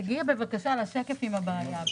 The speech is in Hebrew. תגיע, בבקשה, לשקף עם הבעיה.